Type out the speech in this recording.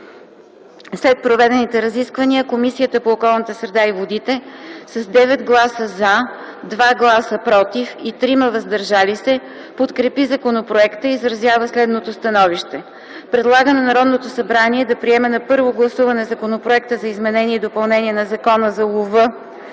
След проведените разисквания Комисията по околната среда и водите с 9 гласа „за”, 2 гласа „против” и 3 гласа „въздържал се” подкрепи законопроекта и изразява следното становище: Предлага на Народното събрание да приеме на първо гласуване Законопроект за изменение и допълнение на Закона за лова